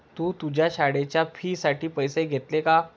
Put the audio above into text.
तू तुझ्या शाळेच्या फी साठी पैसे घेतले का?